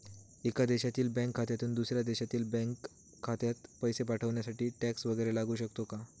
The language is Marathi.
एका देशातील बँक खात्यातून दुसऱ्या देशातील बँक खात्यात पैसे पाठवण्यासाठी टॅक्स वैगरे लागू शकतो का?